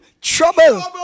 Trouble